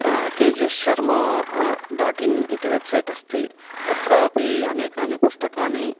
KGS Sharma dot in इति website अस्ति तत्रापि अनेकानि पुस्तकानि